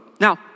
Now